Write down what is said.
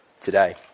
today